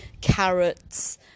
carrots